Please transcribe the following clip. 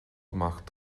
amach